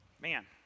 Man